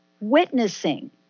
witnessing